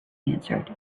answered